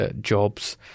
jobs